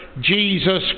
Jesus